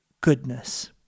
goodness